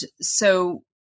so-